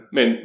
Men